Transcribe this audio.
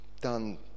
done